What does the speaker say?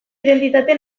identitate